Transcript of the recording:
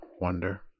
wonder